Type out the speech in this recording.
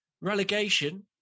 Relegation